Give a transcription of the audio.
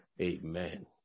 Amen